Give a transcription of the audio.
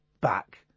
back